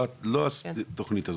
לא התוכנית הזאת,